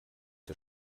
des